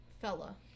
fella